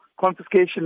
confiscation